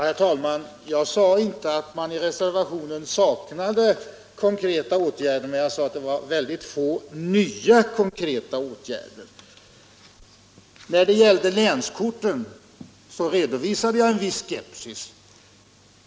Herr talman! Jag sade inte att man i reservationen saknade konkreta åtgärder, men jag sade att det var få nya konkreta åtgärder. När det gällde länskortet redovisade jag en viss skepsis.